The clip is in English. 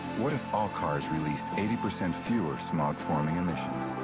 what if all cars released eighty percent fewer smog-forming emissions?